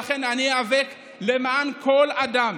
לכן, אני איאבק למען כל אדם.